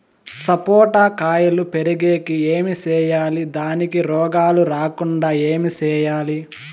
సపోట కాయలు పెరిగేకి ఏమి సేయాలి దానికి రోగాలు రాకుండా ఏమి సేయాలి?